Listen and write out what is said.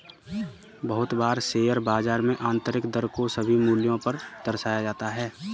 बहुत बार शेयर बाजार में आन्तरिक दर को सभी मूल्यों पर दर्शाया जाता है